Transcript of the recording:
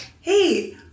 Hey